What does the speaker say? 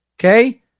okay